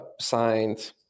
signed